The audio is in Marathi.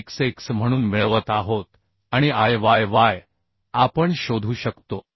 तर Ixx म्हणून मिळवत आहोत आणि Iyy आपण शोधू शकतो